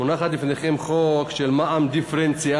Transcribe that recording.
מונחת לפניכם הצעת חוק על מע"מ דיפרנציאלי.